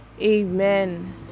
Amen